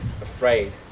afraid